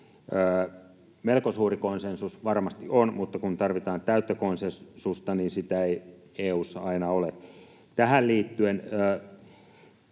Melko suuri konsensus varmasti on, mutta kun tarvitaan täyttä konsensusta, niin sitä ei EU:ssa aina ole. Tähän liittyen